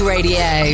Radio